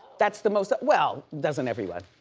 that's the most well doesn't everyone?